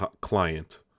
Client